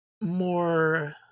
more